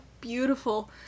beautiful